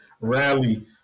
Rally